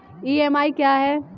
EMI क्या है?